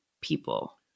people